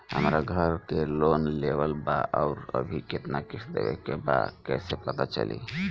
हमरा घर के लोन लेवल बा आउर अभी केतना किश्त देवे के बा कैसे पता चली?